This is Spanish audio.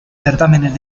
certámenes